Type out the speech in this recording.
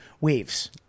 weaves